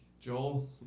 Joel